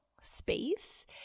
space